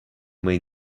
may